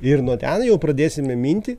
ir nuo ten jau pradėsime minti